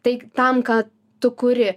tai tam ką tu kuri